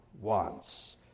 wants